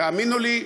תאמינו לי,